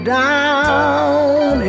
down